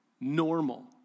normal